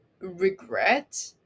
regret